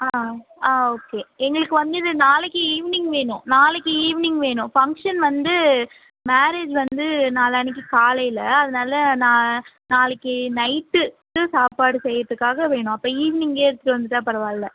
on ஆன் okay எங்களுக்கு வந்து இது நாளைக்கு ஈவ்னிங் வேணும் நாளைக்கு ஈவ்னிங் வேணும் ஃபங்ஷன் வந்து மேரேஜ் வந்து நாளான்னைக்கு காலையில் அதனால் நான் நாளைக்கு நைட் சாப்பாடு செய்யறதுக்காக வேணும் அப்போ ஈவினிங்கே எடுத்துகிட்டு வந்துவிட்டா பரவாயில்ல